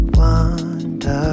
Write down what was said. wonder